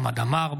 חמד עמאר,